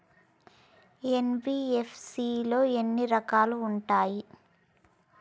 NBFC లో ఎన్ని రకాలు ఉంటాయి?